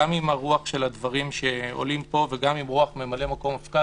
גם עם הרוח של הדברים שעולים פה וגם עם רוח ממלא-מקום מפכ"ל,